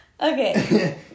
okay